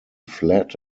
flat